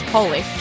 Holy